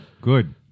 good